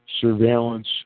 Surveillance